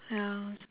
ya